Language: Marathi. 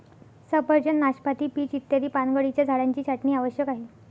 सफरचंद, नाशपाती, पीच इत्यादी पानगळीच्या झाडांची छाटणी आवश्यक आहे